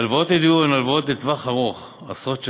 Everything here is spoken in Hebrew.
הלוואות לדיור הן הלוואות לטווח ארוך, עשרות שנים,